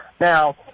Now